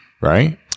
Right